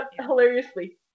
hilariously